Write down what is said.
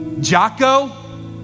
Jocko